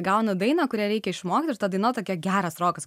gaunu dainą kurią reikia išmokt ir ta daina tokia geras rokas